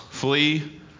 Flee